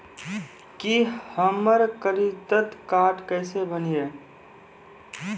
की हमर credit card केसे बनिये?